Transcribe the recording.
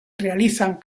realizan